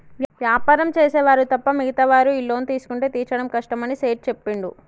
వ్యాపారం చేసే వారు తప్ప మిగతా వారు ఈ లోన్ తీసుకుంటే తీర్చడం కష్టమని సేట్ చెప్పిండు